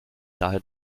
daher